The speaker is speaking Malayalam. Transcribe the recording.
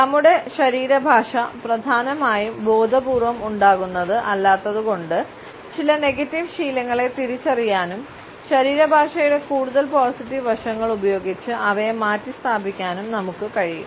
നമ്മുടെ ശരീരഭാഷ പ്രധാനമായും ബോധപൂർവ്വം ഉണ്ടാക്കുന്നത് അല്ലാത്തതുകൊണ്ട് ചില നെഗറ്റീവ് ശീലങ്ങളെ തിരിച്ചറിയാനും ശരീരഭാഷയുടെ കൂടുതൽ പോസിറ്റീവ് വശങ്ങൾ ഉപയോഗിച്ച് അവയെ മാറ്റിസ്ഥാപിക്കാനും നമുക്ക് കഴിയും